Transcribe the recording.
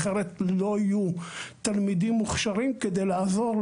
אחרת לא יהיו תלמידים מוכשרים כדי לעזור,